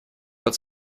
под